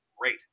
great